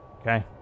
Okay